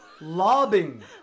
Lobbying